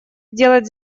сделать